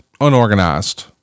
unorganized